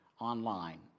online